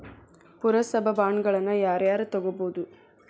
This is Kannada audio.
ಪುರಸಭಾ ಬಾಂಡ್ಗಳನ್ನ ಯಾರ ಯಾರ ತುಗೊಬೊದು?